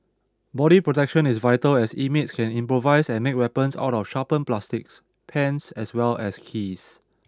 body protection is vital as inmates can improvise and make weapons out of sharpened plastics pens as well as keys